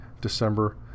December